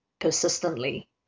persistently